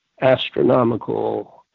astronomical